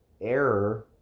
error